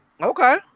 Okay